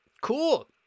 cool